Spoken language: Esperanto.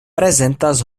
prezentas